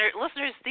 listeners